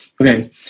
Okay